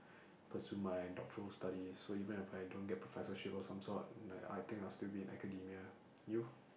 pursue my doctoral study so even if I don't get professorship of some sort like I think I'll still be in academia you